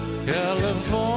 California